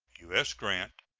u s. grant.